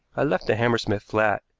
i left the hammersmith flat,